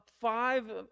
five